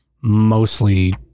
mostly